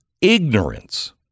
Ignorance